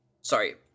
sorry